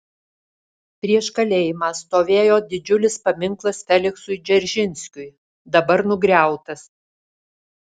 prieš kalėjimą stovėjo didžiulis paminklas feliksui dzeržinskiui dabar nugriautas